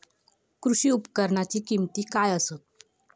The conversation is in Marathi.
कृषी उपकरणाची किमती काय आसत?